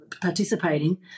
participating